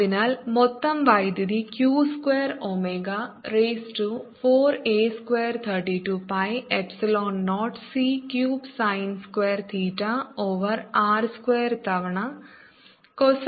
അതിനാൽ മൊത്തം വൈദ്യുതി q square omega raise to 4 a square 32 pi epsilon 0 c cube sine square theta over r square തവണ cosine theta d phi r square